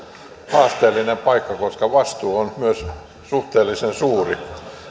haasteellinen paikka koska vastuu on myös suhteellisen suuri